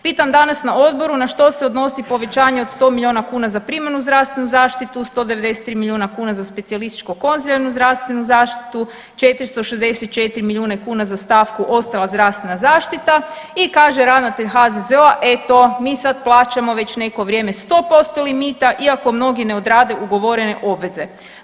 Pitam danas na odboru na što se odnosi povećanje od 100 miliona kuna za primarnu zdravstvenu zaštitu, 193 milijuna za specijalističko-konzilijarnu zdravstvenu zaštitu, 464 milijuna kuna za stavku ostala zdravstvena zaštita i kaže ravnatelj HZZO-a eto mi sad plaćamo već neko vrijeme 100% limita iako mnogi ne odrade ugovorene obveze.